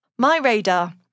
MyRadar